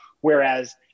whereas